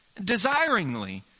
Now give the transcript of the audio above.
desiringly